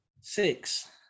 six